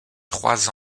trois